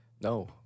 No